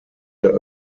der